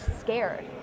scared